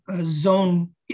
zone